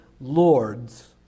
lords